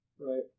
right